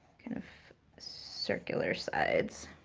kind of circular sides.